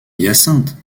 hyacinthe